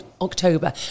October